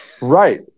Right